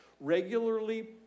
regularly